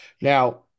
Now